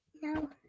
No